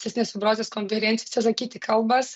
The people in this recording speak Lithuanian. cistinės fibrozės konferencijose sakyti kalbas